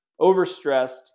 overstressed